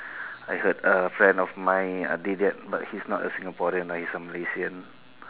I heard a friend of mine did that but he's not Singaporean lah he's Malaysian